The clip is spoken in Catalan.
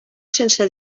sense